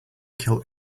kill